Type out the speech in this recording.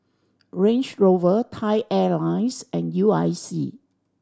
Range Rover Thai Airlines and U I C